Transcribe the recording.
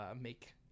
make